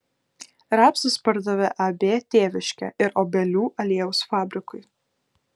rapsus pardavė ab tėviškė ir obelių aliejaus fabrikui